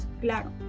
Claro